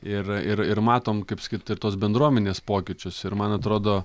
ir ir ir matom kaip sakyt ir tuos bendruomenės pokyčius ir man atrodo